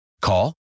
Call